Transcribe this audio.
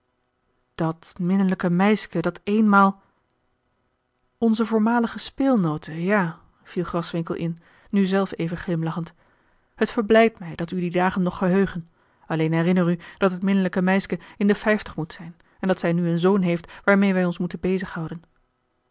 dat minnelijke meiske dat eenmaal onze voormalige speelnoote ja viel graswinckel in nu zelf even glimlachend het verblijdt mij dat u die dagen nog geheugen alleen herinner u dat het minnelijke meiske in de vijftig moet zijn en dat zij nu een zoon heeft waarmeê wij ons moeten